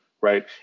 right